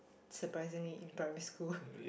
surprisingly in primary school